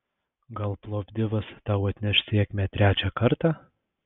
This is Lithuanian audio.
gal plovdivas tau atneš sėkmę trečią kartą